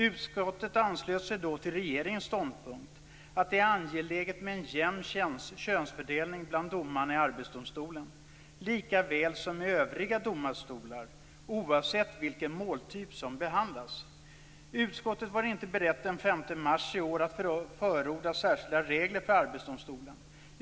Utskottet anslöt sig då till regeringens ståndpunkt, att det är angeläget med en jämn könsfördelning bland domarna i Arbetsdomstolen likaväl som i övriga domstolar, oavsett vilken måltyp som behandlas. Utskottet var den 5 mars i år inte berett att förorda särskilda regler för Arbetsdomstolen.